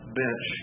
bench